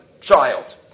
child